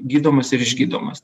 gydomas ir išgydomas